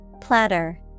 Platter